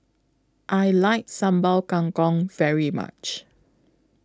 I like Sambal Kangkong very much